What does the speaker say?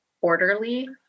orderly